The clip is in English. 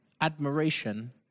admiration